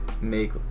make